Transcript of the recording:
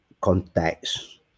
context